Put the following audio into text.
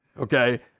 okay